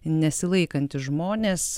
nesilaikantys žmonės